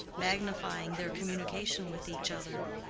magnifying their communication with each other,